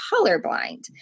colorblind